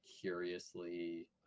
curiously